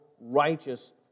righteous